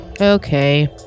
Okay